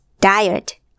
diet